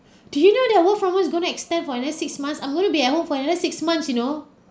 do you know that work from home is going to extend for another six months I'm going to be at home for another six months you know